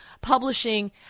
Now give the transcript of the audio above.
publishing